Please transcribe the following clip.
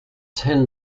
ten